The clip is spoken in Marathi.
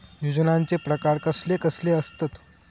योजनांचे प्रकार कसले कसले असतत?